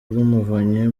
rw’umuvunyi